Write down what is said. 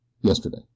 Yesterday